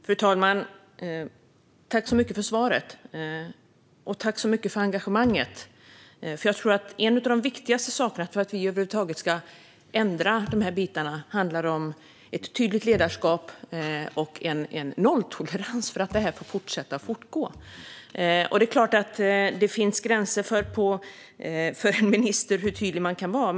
Fru talman! Tack så mycket för svaret, statsrådet, och tack så mycket för engagemanget! Jag tror att en av de viktigaste sakerna för att vi över huvud taget ska kunna ändra de här bitarna är ett tydligt ledarskap och nolltolerans för att detta ska fortgå. Det är klart att det finns gränser för hur tydlig en minister kan vara.